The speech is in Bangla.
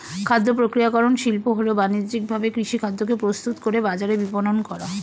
খাদ্যপ্রক্রিয়াকরণ শিল্প হল বানিজ্যিকভাবে কৃষিখাদ্যকে প্রস্তুত করে বাজারে বিপণন করা